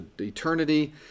eternity